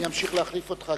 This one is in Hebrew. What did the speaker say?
אני אמשיך להחליף אותך,